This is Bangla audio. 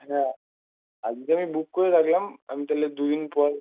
হ্যাঁ আজকে আমি বুক করে রাখলাম আমি তাহলে দু দিন পর